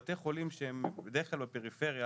הסטטיסטיקה יכולה להיות מטעה כי היא כוללת גם תקיפות במדרג